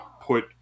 put